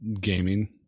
gaming